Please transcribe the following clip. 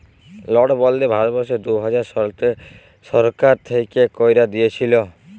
লটবল্দি ভারতবর্ষে দু হাজার শলতে সরকার থ্যাইকে ক্যাইরে দিঁইয়েছিল